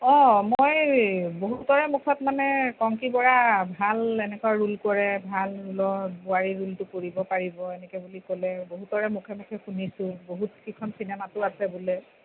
অঁ মই বহুতৰে মুখত মানে পম্পী বৰা ভাল এনেকুৱা ৰোল কৰে ভাল ৰোলৰ বোৱাৰী ৰোলটো কৰিব পাৰিব এনেকে বুলি ক'লে বহুতৰে মুখে মুখে শুনিছোঁ বহুত কেইখন চিনেমাটো আছে বোলে